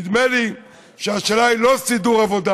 נדמה לי שהשאלה היא לא סידור עבודה